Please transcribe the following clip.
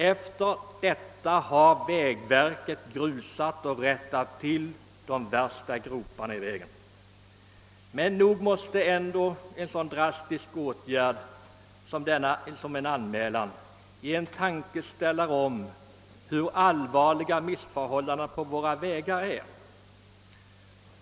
Efter detta har vägverket grusat och rättat till de värsta groparna i vägen, men nog måste den drastiska åtgärd, som en polisanmälan innebär, ge en tankeställare om hur allvarliga missförhållandena på våra vägar är.